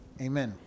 amen